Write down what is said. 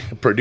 produce